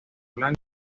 blanco